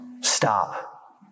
stop